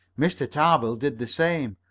mr. tarbill did the same,